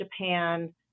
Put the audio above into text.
Japan